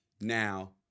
Now